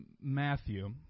Matthew